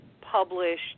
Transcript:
published